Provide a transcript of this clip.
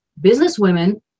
Businesswomen